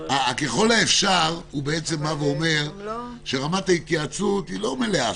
--- ככל האפשר אומר שרמת ההתייעצות היא לא מלאה.